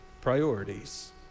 priorities